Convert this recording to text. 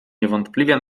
niewątpliwie